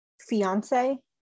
fiance